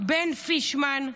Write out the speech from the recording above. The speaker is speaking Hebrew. בן פישמן,